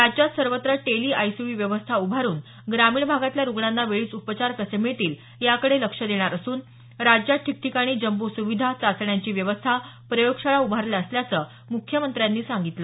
राज्यात सर्वत्र टेलीआयसीयू व्यवस्था उभारून ग्रामीण भागातल्या रुग्णांना वेळीच उपचार कसे मिळतील याकडे लक्ष देणार असून राज्यात ठिकठिकाणी जम्बो सुविधा चाचण्यांची व्यवस्था प्रयोगशाळा उभारल्या असल्याचं मुख्यमंत्र्यांनी सांगितलं